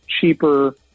cheaper